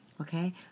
okay